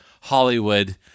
Hollywood